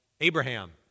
Abraham